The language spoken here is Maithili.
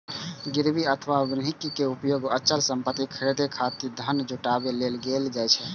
गिरवी अथवा बन्हकी के उपयोग अचल संपत्ति खरीदै खातिर धन जुटाबै लेल कैल जाइ छै